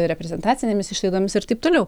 reprezentacinėmis išlaidomis ir taip toliau